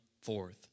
forth